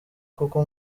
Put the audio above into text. koko